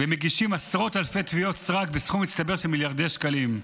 מגישים עשרות אלפי תביעות סרק בסכום מצטבר של מיליארדי שקלים.